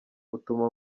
utuma